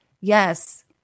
Yes